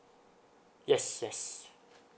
yes yes